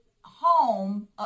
home